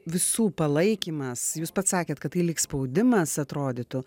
visų palaikymas jūs pats sakėt kad tai lyg spaudimas atrodytų